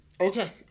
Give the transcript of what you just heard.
Okay